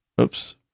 Oops